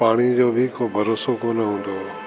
पाणी जो बि को भरोसो कोनि हूंदो हुओ